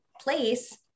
place